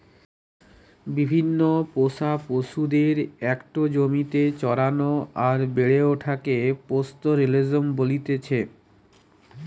বিভিন্ন পোষা পশুদের একটো জমিতে চরানো আর বেড়ে ওঠাকে পাস্তোরেলিজম বলতেছে